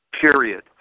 Period